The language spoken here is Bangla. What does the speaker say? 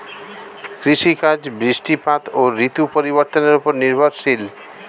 কৃষিকাজ বৃষ্টিপাত ও ঋতু পরিবর্তনের উপর নির্ভরশীল